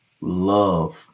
love